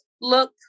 look